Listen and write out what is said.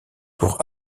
pour